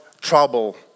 trouble